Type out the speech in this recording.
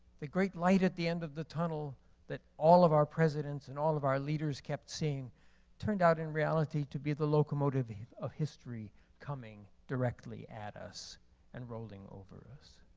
the great light at the end of the tunnel that all of our presidents and all of our leaders kept seeing turned out in reality to be the locomotive of history coming directly at us and rolling over us.